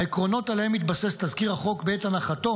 העקרונות שעליהם התבסס תזכיר החוק בעת הנחתו